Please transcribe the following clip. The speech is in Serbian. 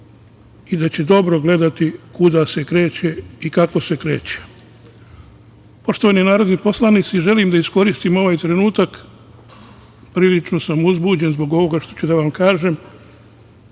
i da će dobro gledati kuda se kreće i kako se kreće. Poštovani narodni poslanici, želim da iskoristim ovaj trenutak, prilično sam uzbuđen zbog ovoga što ću da vam kažem,